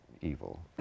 evil